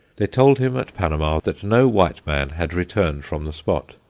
they told him at panama that no white man had returned from the spot,